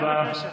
תודה רבה.